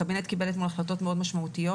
הקבינט קיבל אתמול החלטות מאוד משמעותיות.